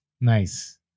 Nice